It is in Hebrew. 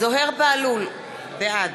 זוהיר בהלול, בעד